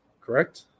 correct